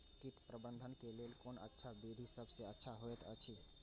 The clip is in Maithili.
कीट प्रबंधन के लेल कोन अच्छा विधि सबसँ अच्छा होयत अछि?